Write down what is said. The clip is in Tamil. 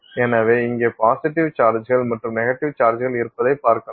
எனவே இங்கே பாசிட்டிவ் சார்ஜ்கள் மற்றும் நெகட்டிவ் சார்ஜ்கள் இருப்பதை பார்க்கலாம்